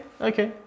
okay